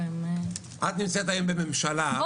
את נמצאת היום בממשלה --- נו באמת.